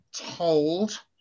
told